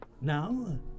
Now